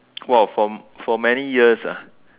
!wow! for for many years ah